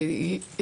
למה זה יתחבר?